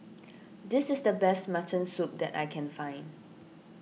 this is the best Mutton Soup that I can find